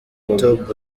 top